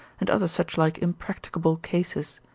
and other suchlike impracticable cases.